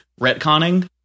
retconning